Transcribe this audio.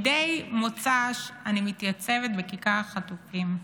מדי מוצ"ש אני מתייצבת בכיכר החטופים.